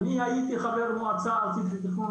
אני הייתי חבר מועצה ארצית לתכנון